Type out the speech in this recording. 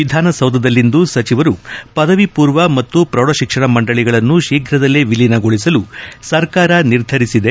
ವಿಧಾನಸೌಧದಲ್ಲಿಂದು ಸಚಿವರು ಪದವಿ ಪೂರ್ವ ಮತ್ತು ಪ್ರೌಢಶಿಕ್ಷಣ ಮಂಡಳಿಗಳನ್ನು ಶೀಘ್ರದಲ್ಲೇ ವಿಲೀನಗೊಳಿಸಲು ಸರ್ಕಾರ ನಿರ್ಧರಿಸಿದೆ